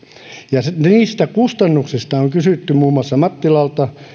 ja niistä kustannuksista on kysytty muun muassa mattilalta